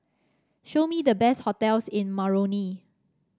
show me the best hotels in Moroni